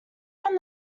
from